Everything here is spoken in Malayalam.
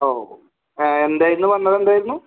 ഓ എന്തായിരുന്നു വന്നത് എന്തായിരുന്നു